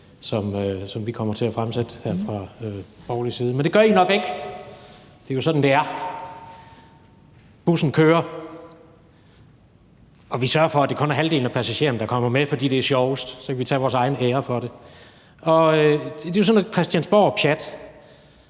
som vi kommer til at fremsætte fra borgerlig side. Men det gør I nok ikke. Det er jo sådan, det er: Bussen kører, og vi sørger for, at det kun er halvdelen af passagererne, der kommer med, fordi det er sjovest, og så kan vi selv tage æren for det. Det er jo sådan noget christiansborgpjat,